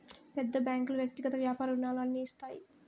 పెద్ద బ్యాంకులు వ్యక్తిగత వ్యాపార రుణాలు అన్ని ఇస్తాయి